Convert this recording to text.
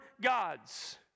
gods